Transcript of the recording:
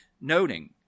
noting